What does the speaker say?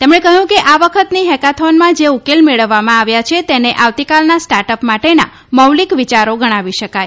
તેમણે કહયું કે આ વખતની હેકાથોનમાં જે ઉકેલ મેળવવામાં આવ્યા છે તેને આવતીકાલના સ્ટાર્ટઅપ માટેના મૌલિક વિચારો ગણાવી શકાય